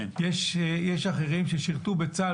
יש אחרים ששירתו בצה"ל